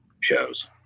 shows